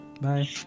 bye